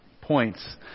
points